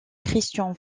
christian